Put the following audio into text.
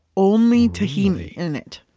only tahini in it